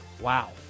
Wow